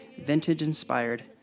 vintage-inspired